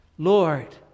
Lord